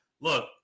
Look